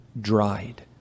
dried